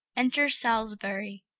enter salisbury.